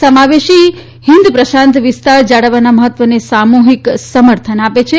સમાવેશી હિંદ પ્રશાંતને જાળવવાના મહત્વને સામુહીક સમર્થન આપે છે